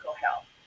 health